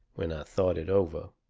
when i thought it over.